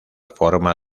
forma